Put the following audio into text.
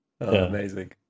Amazing